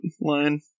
line